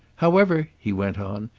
however, he went on,